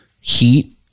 heat